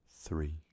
three